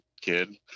kid